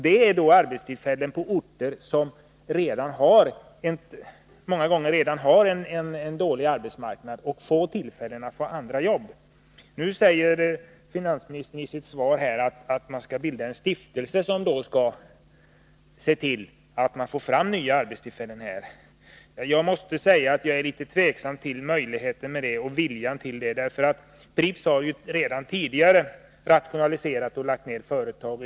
Det är arbetstillfällen på orter som många gånger redan har en dålig arbetsmarknad, med få möjligheter till andra jobb. Nu säger finansministern i sitt svar att man skall bilda en stiftelse som skall se till att få fram nya arbetstillfällen. Jag måste säga att jag tvivlar något på att möjligheten och viljan till det finns, därför att Pripps har redan tidigare rationaliserat och lagt ned företag.